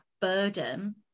burden